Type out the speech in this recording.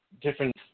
different